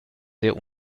sehr